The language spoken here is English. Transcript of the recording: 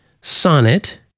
sonnet